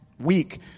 week